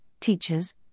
teachers